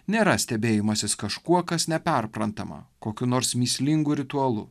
nėra stebėjimasis kažkuo kas neperprantama kokiu nors mįslingu ritualu